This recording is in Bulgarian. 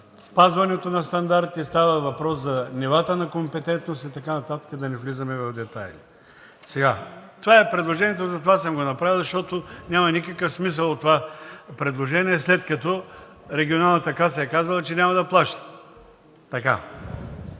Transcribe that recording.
спазването на стандарти, става въпрос за нивата на компетентност и така нататък – да не влизаме в детайли. Това е предложението и затова съм го направил, защото няма никакъв смисъл от това предложение, след като регионалната каса е казала, че няма да плаща. Ако